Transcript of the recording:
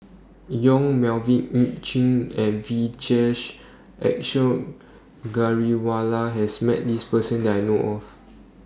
Yong Melvin Yik Chye and Vijesh Ashok Ghariwala has Met This Person that I know of